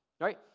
right